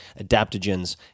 adaptogens